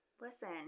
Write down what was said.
Listen